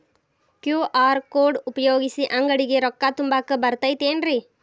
QR code ಉಪಯೋಗಿಸಿ, ಅಂಗಡಿಗೆ ರೊಕ್ಕಾ ತುಂಬಾಕ್ ಬರತೈತೇನ್ರೇ?